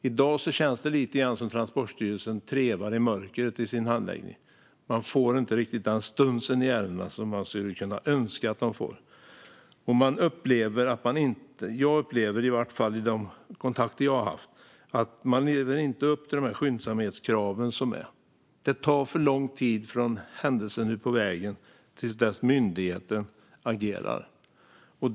I dag känns det lite grann som att Transportstyrelsen trevar i mörkret i sin handläggning. Man får inte riktigt den stuns i ärendena som man skulle önska. Jag upplever, i varje fall utifrån de kontakter jag har haft, att man inte lever upp till de skyndsamhetskrav som finns. Det tar för lång tid från händelsen ute på vägen till dess att myndigheten agerar.